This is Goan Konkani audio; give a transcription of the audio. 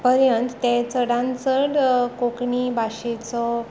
पर्यांत ते चडांत चड कोंकणी भाशेचो